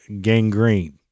Gangrene